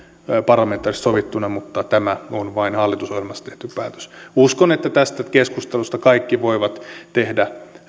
parlamentaarisesti sovittuna mutta tämä on vain hallitusohjelmassa tehty päätös uskon että tästä keskustelusta kaikki voivat tehdä